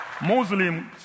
Muslims